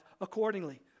accordingly